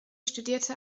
studierte